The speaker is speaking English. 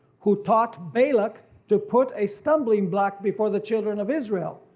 who taught balak to put a stumbling block before the children of israel,